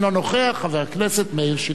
אינו נוכח.